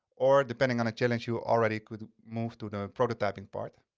or depending on a challenge you already could move to the prototyping part.